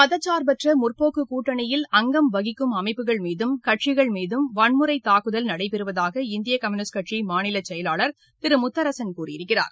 மதசார்பற்ற முற்போக்கு கூட்டணியில் அங்கம் வகிக்கும் அமைப்புகள் மீதும் கட்சிகள் மீதும் வன்முறை தாக்குதல் நடைபெறுவதாக இந்திய கம்யூனிஸ்ட் கட்சியின் மாநில செயலாளர் திரு முத்தரசன் கூறியிருக்கிறார்